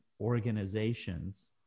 organizations